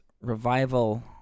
revival